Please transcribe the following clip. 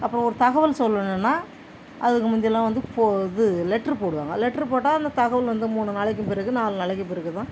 அப்புறம் ஒரு தகவல் சொல்லணுன்னா அதுக்கு முந்திலாம் வந்து போ இது லெட்ரு போடுவாங்க லெட்ரு போட்டால் அந்த தகவல் வந்து மூணு நாளைக்கு பிறகு நாலு நாளைக்கு பிறகு தான்